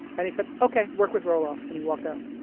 and he said, okay. work with roelof, and he walked out.